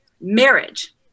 marriage